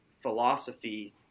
philosophy